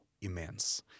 immense